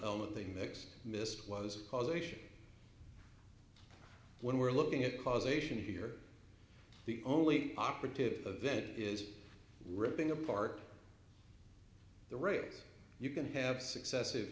element thing that missed was causation when we're looking at causation here the only operative event is ripping apart the rate you can have successive